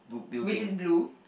which is blue